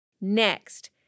Next